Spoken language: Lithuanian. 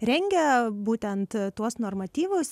rengia būtent tuos normatyvus